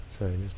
sorry